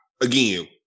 again